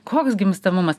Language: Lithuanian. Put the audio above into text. koks gimstamumas